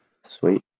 Sweet